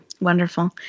Wonderful